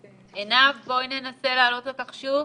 עינב, ננסה להעלות אותך שוב.